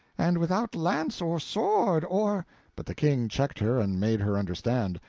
and without lance or sword or but the king checked her and made her understand,